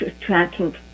tracking